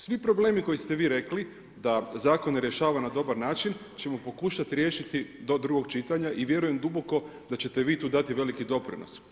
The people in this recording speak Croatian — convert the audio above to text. Svi problemi koji ste vi rekli, da zakone rješava na dobar način, ćemo pokušati riješiti do drugog čitanja i vjerujem duboko da ćete vi tu dati veliki doprinos.